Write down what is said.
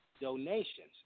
donations